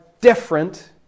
different